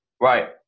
Right